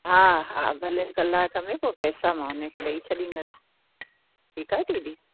हा हा भले कलाक में पोइ पैसा मां हुन खे ॾेई छॾींदसि ठीकु आहे दीदी